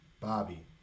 Bobby